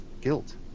guilt